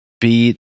beat